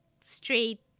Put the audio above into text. straight